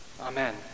Amen